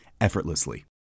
effortlessly